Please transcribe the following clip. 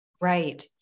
Right